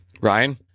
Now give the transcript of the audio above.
Ryan